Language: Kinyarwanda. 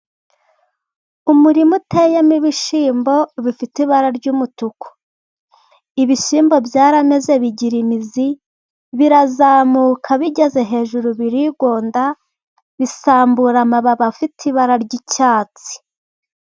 Umurima uteyemo ibishyimbo bifite ibara y'umutuku, ibishyimbo byarameze bigira imizi birazamuka bigeze hejuru birigonda bisambura amababi afite ibara y'icyatsi.